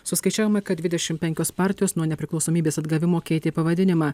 suskaičiavome kad dvidešimt penkios partijos nuo nepriklausomybės atgavimo keitė pavadinimą